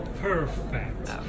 Perfect